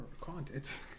content